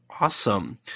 Awesome